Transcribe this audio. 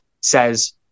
says